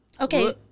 Okay